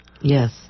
Yes